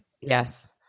Yes